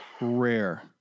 Rare